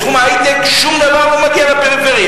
בתחום ההיי-טק שום דבר לא מגיע לפריפריה.